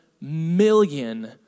million